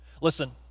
Listen